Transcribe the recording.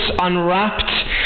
Unwrapped